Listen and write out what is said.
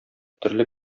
төрле